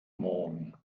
morgen